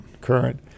current